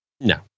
No